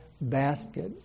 basket